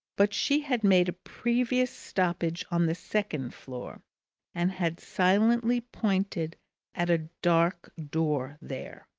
but she had made a previous stoppage on the second floor and had silently pointed at a dark door there.